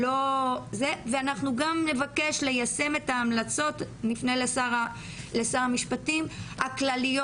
אנחנו גם נפנה לשר המשפטים ונבקש ליישם את ההמלצות הכלליות.